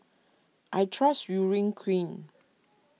I trust Urea Cream